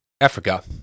Africa